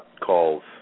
calls